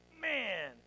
Man